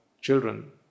children